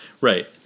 Right